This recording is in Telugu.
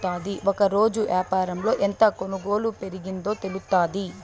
ఒకరోజు యాపారంలో ఎంత కొనుగోలు పెరిగిందో తెలుత్తాది